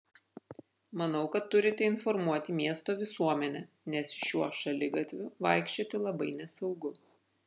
manau kad turite informuoti miesto visuomenę nes šiuo šaligatviu vaikščioti labai nesaugu